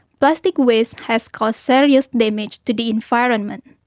plastic waste has caused serious damage to the environment.